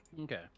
Okay